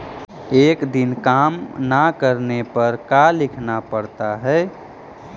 एक दिन काम न करने पर का लिखना पड़ता है?